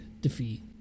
defeat